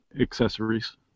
accessories